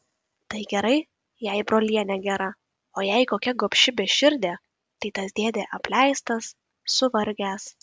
tai gerai jei brolienė gera o jei kokia gobši beširdė tai tas dėdė apleistas suvargęs